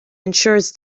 ensures